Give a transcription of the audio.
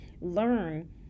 learn